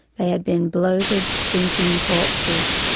they had been bloated, stinking corpses,